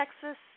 Texas